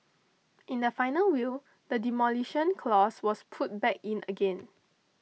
in the final will the Demolition Clause was put back in again